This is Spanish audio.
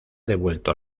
devuelto